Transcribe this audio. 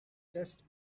just